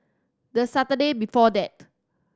the Saturday before that